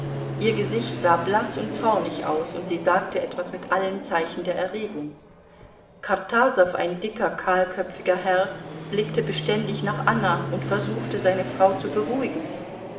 ihr gesicht sah blaß und zornig aus und sie sagte etwas mit allen zeichen der erregung kartasow ein dicker kahlköpfiger herr blickte beständig nach anna und versuchte seine frau zu beruhigen